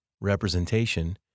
representation